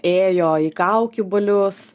ėjo į kaukių balius